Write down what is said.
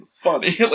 funny